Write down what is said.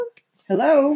Hello